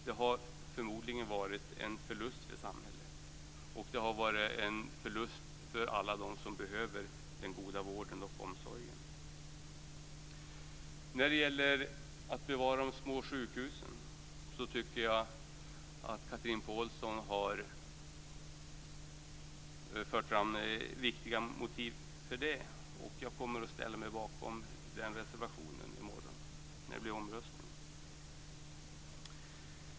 Det har förmodligen varit en förlust för samhället. Det har varit en förlust för alla dem som behöver den goda vården och omsorgen. När det gäller att bevara de små sjukhusen tycker jag att Chatrine Pålsson har fört fram viktiga motiv för det. Jag kommer att ställa mig bakom den reservationen i morgon när det blir omröstning.